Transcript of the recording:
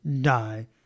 die